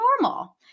normal